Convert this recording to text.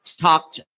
talked